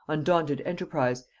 undaunted enterprise,